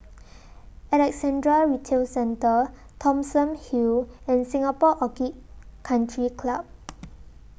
Alexandra Retail Centre Thomson Hill and Singapore Orchid Country Club